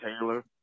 Taylor